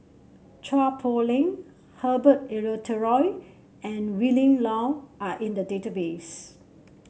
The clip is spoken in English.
Chua Poh Leng Herbert Eleuterio and Willin Low are in the database